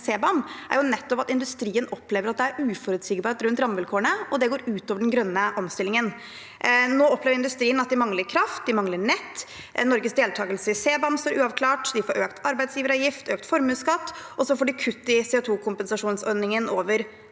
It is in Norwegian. at industrien opplever at det er uforutsigbarhet rundt rammevilkårene, og at det går ut over den grønne omstillingen. Nå opplever industrien at de mangler kraft, de mangler nett, Norges deltakelse i CBAM står uavklart, de får økt arbeidsgiveravgift, økt formuesskatt og kutt i CO2-kompensasjonsordningen over